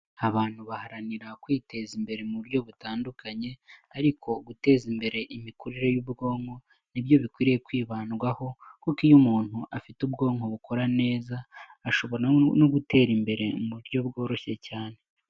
Abantu baharanira kwiteza imbere mu buryo butandukanye, ariko guteza imbere imikurire y'ubwonko ni byo bikwiriye kwibandwaho kuko iyo umuntu afite ubwonko bukora neza, ashobora no gutera imbere mu buryo bworoshye cyane.